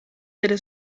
delle